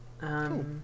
Cool